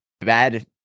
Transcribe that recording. bad